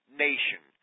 nation